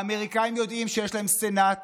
האמריקאים יודעים שיש להם סנאט